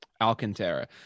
Alcantara